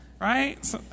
Right